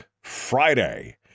Friday